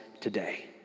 today